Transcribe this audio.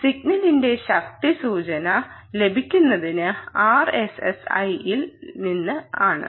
സിഗ്നലിന്റെ ശക്തി സൂചന ലഭിക്കുന്നത് RSSI യിൽ നിന്ന് ആണ്